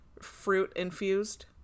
fruit-infused